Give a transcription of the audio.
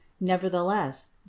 Nevertheless